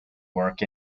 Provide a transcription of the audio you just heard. work